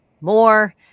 more